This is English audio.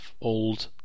old